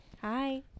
Hi